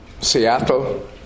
Seattle